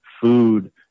food